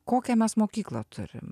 kokią mes mokyklą turim